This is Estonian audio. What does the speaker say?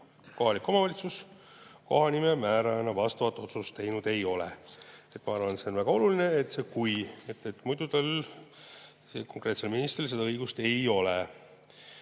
kohalik omavalitsus kohanimemäärajana vastavat otsust teinud ei ole. Ma arvan, et siin on väga oluline see "kui" – muidu tollel konkreetsel ministril seda õigust ei ole.